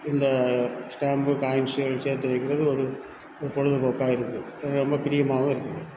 இந்த ஸ்டேம்பு காயின்ஸுகள் சேர்த்து வைக்கிறது ஒரு ஒரு பொழுதுபோக்கா இருக்குது எனக்கு ரொம்ப பிரியமாகவும் இருக்குது